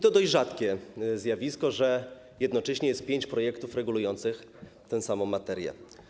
To dość rzadkie zjawisko, że jednocześnie jest pięć projektów regulujących tę samą materię.